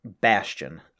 Bastion